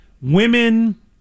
women